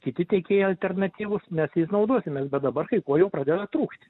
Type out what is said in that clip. kiti tiekėjai alternatyvūs mes jais naudosimės bet dabar kai ko jau pradeda trūkt